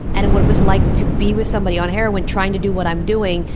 and what it was like to be with somebody on heroin trying to do what i'm doing,